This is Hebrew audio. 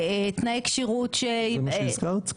תנאי כשירות ש --- זה מה שהזכרת?